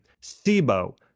SIBO